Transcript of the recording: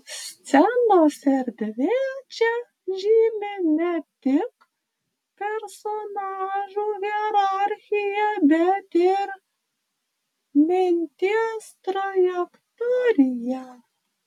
scenos erdvė čia žymi ne tik personažų hierarchiją bet ir minties trajektoriją